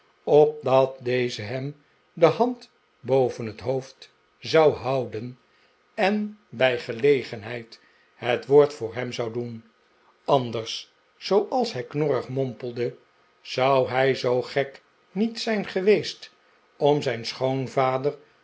opdat deze hem de hand boven het hoofd zou houden en bij gelegenheid het woord voor hem zou doen anders zooals hij knorrig mompelde zou hij zoo gek niet zijn geweest om zijn schoonvader